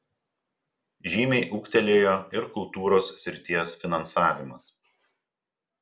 žymiai ūgtelėjo ir kultūros srities finansavimas